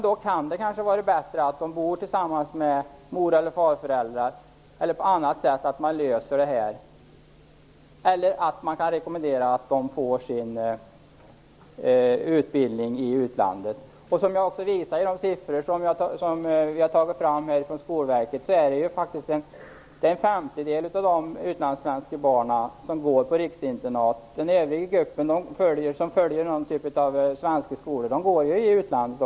Då kan det kanske vara bättre att de bor tillsammans med sina mor eller farföräldrar eller att man löser det på annat sätt. Man kan också rekommendera att de får sin utbildning i utlandet. Jag visade med de siffror som Skolverket har tagit fram att det är en femtedel av de utlandssvenska barnen som går på riksinternat. De övriga går i skola i utlandet.